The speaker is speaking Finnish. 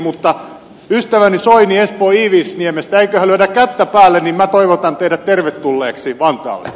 mutta ystäväni soini espoon iivisniemestä eiköhän lyödä kättä päälle niin minä toivotan teidät tervetulleeksi vantaalle